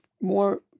more